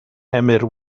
emyr